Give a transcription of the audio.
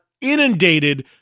inundated